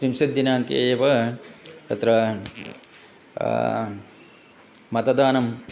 त्रिंशद्दिनाङ्के एव तत्र मतदानम्